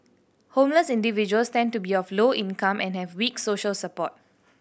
homeless individuals tend to be of low income and have weak social support